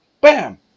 bam